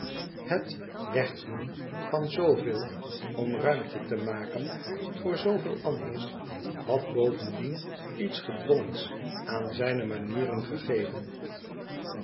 het wegdoen van zooveel om ruimte te maken voor zooveel anders had bovendien iets gedwongens aan zijne manieren gegeven